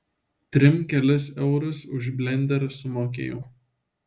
trim kelis eurus už blenderį sumokėjau